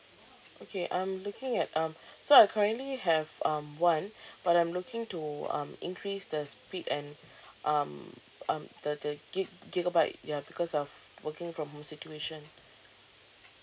okay um looking at um so I currently have um one but I'm looking to um increase the speed and um um the the gig~ gigabyte ya because of working from home situation